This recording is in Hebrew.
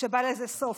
שבא לזה סוף.